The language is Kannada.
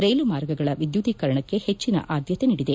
ರೈಲು ಮಾರ್ಗಗಳ ವಿದ್ಯುದ್ದೀಕರಣಕ್ಕೆ ಹೆಚ್ಚಿನ ಆದ್ದತೆ ನೀಡಿದೆ